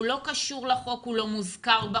הוא לא קשור לחוק, הוא לא מוזכר בחוק,